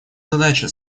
задача